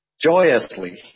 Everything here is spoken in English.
joyously